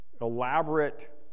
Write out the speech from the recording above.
elaborate